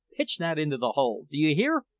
pitch that into the hole. do you hear?